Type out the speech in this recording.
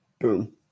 Boom